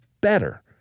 better